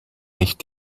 nicht